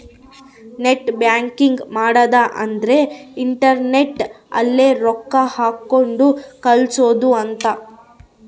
net banking ಮಾಡದ ಅಂದ್ರೆ internet ಅಲ್ಲೆ ರೊಕ್ಕ ಹಾಕೋದು ಕಳ್ಸೋದು ಅಂತ